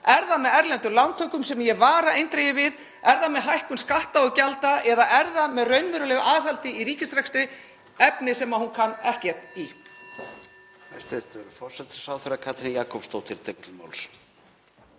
Er það með erlendum lántökum, sem ég vara eindregið við? Er það með hækkun skatta og gjalda eða er það með raunverulegu aðhaldi í ríkisrekstri, efni sem hún kann ekkert í?